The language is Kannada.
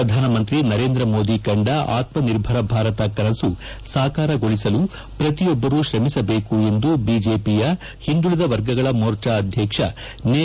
ಪ್ರಧಾನಮಂತ್ರಿ ನರೇಂದ್ರ ಮೋದಿ ಕಂಡ ಅತ್ಮನಿರ್ಭರ ಭಾರತ ಕನಸು ಸಾಕಾರಗೊಳಿಸಲು ಪ್ರತಿಯೊಬ್ಬರು ಶ್ರಮಿಸಬೇಕು ಎಂದು ಬಿಜೆಪಿಯ ಹಿಂದುಳಿದ ವರ್ಗಗಳ ಮೋರ್ಚಾ ಅಧ್ಯಕ್ಷ ನೆ